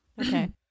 Okay